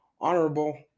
honorable